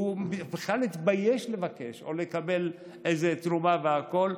הוא בכלל התבייש לבקש או לקבל איזו תרומה והכול,